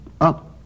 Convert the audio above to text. up